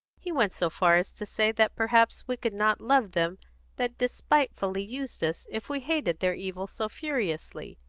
he went so far as to say that perhaps we could not love them that despitefully used us if we hated their evil so furiously.